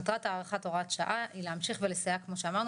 מטרת הארכת הוראת שעה היא להמשיך ולסייע כמו שאמרנו,